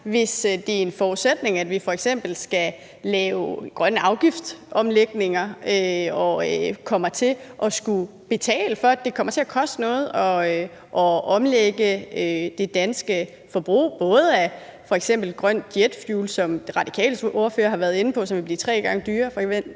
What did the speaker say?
hvis det er en forudsætning, at vi f.eks. skal lave grønne afgiftsomlægninger og kommer til at skulle betale for, at det kommer til at koste noget at omlægge det danske forbrug, f.eks. af grønt jetfuel, som De Radikales ordfører har været inde på, og som forventeligt vil blive tre gange dyrere?